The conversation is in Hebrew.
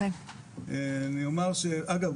אני אומר אגב,